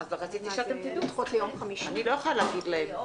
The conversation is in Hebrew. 5 במאי 2020,